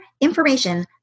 information